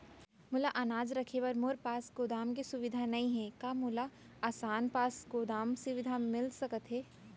मोर अनाज रखे बर मोर पास गोदाम के सुविधा नई हे का मोला आसान पास गोदाम सेवा मिलिस सकथे?